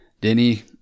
Denny